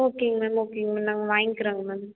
ஓகேங்க மேம் ஓகேங்க மேம் நாங்கள் வாங்கிக்கிறோங்க மேம்